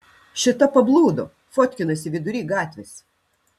šita pablūdo fotkinasi vidury gatvės